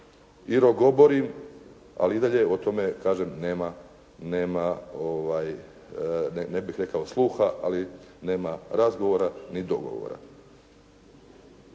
rogoborim, ali i dalje o tome nema, ne bih rekao sluha, ali nema razgovora ni dogovora.